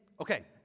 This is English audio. okay